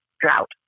drought